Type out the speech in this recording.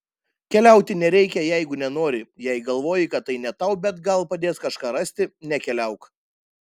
keliauti nereikia jeigu nenori jei galvoji kad tai ne tau bet gal padės kažką rasti nekeliauk